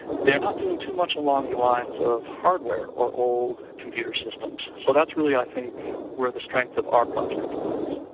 they're not doing too much along the lines of hardware or old computer systems, so that's really i think where the strength of our project lies.